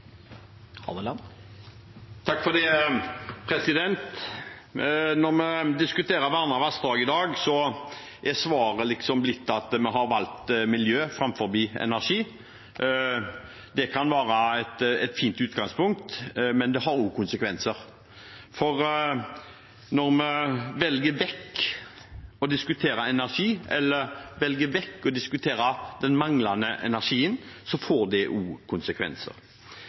svaret liksom blitt at vi har valgt miljø framfor energi. Det kan være et fint utgangspunkt, men det har også konsekvenser. Når man velger vekk å diskutere energi eller velger vekk å diskutere den manglende energien, får det også konsekvenser.